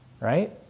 right